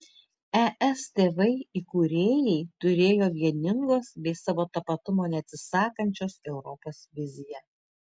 es tėvai įkūrėjai turėjo vieningos bei savo tapatumo neatsisakančios europos viziją